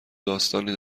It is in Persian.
داستانی